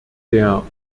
der